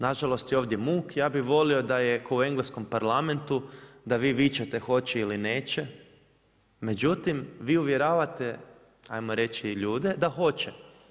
Nažalost je ovdje muk, ja bih volio da je kao u Engleskom parlamentu da vi vičete hoće ili neće, međutim vi uvjeravate, 'ajmo reći i ljude da hoće.